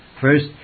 First